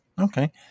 Okay